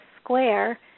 square